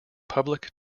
public